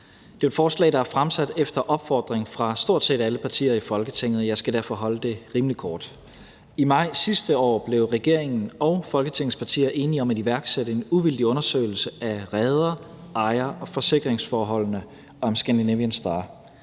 Det er jo et forslag, der er fremsat efter opfordring fra stort set alle partier i Folketinget, og jeg skal derfor holde det rimelig kort. I maj sidste år blev regeringen og Folketingets partier enige om at iværksætte en uvildig undersøgelse af reder-, ejer- og forsikringsforholdene i forhold til »Scandinavian Star«.